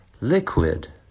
liquid